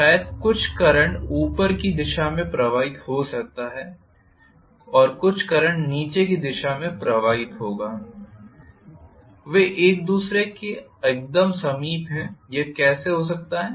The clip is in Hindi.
शायद कुछ करंट ऊपर की दिशा में प्रवाहित हो सकता है और कुछ करंट नीचे की दिशा में प्रवाहित होगा वे एक दूसरे के एकदम समीप हैं यह कैसे हो सकता है